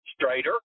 straighter